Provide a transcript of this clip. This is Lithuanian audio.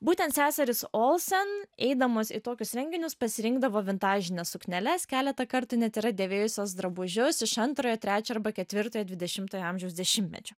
būtent seserys olsen eidamos į tokius renginius pasirinkdavo vintažines sukneles keletą kartų net yra dėvėjusios drabužius iš antrojo trečio arba ketvirtojo dvidešimtojo amžiaus dešimtmečio